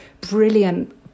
brilliant